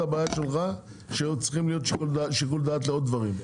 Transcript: הבעיה שלך שצריכים שיקול דעת לעוד דברים,